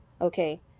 okay